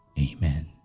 Amen